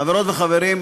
חברות וחברים,